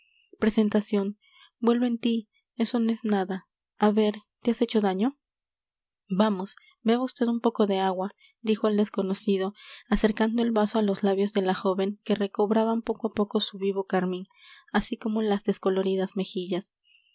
presentación vuelve en ti eso no es nada a ver te has hecho daño vamos beba vd un poco de agua dijo el desconocido acercando el vaso a los labios de la joven que recobraban poco a poco su vivo carmín así como las descoloridas mejillas